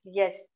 yes